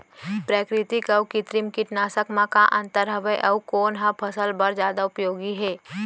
प्राकृतिक अऊ कृत्रिम कीटनाशक मा का अन्तर हावे अऊ कोन ह फसल बर जादा उपयोगी हे?